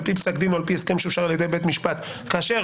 על פי פסק דין או על פי הסכם שאושר על-ידי בית משפט" כאשר